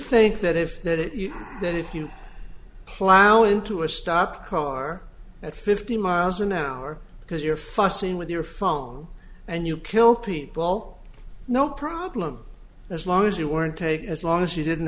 think that if that it you that if you plowing into a stopped car at fifty miles an hour because you're fussing with your phone and you kill people no problem as long as you weren't take as long as you didn't